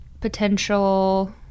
potential